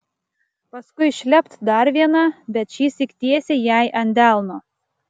paskui šlept dar viena bet šįsyk tiesiai jai ant delno